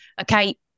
okay